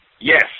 Yes